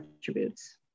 attributes